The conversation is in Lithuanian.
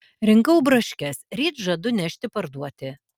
rinkau braškes ryt žadu nešti parduoti